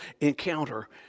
encounter